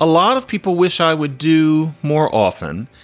a lot of people wish i would do more often,